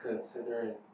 Considering